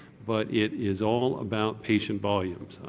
but it is all about patient volume.